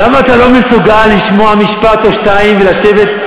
למה אתה לא מסוגל לשמוע משפט או שניים ולשבת,